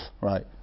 right